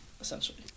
essentially